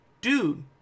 Dude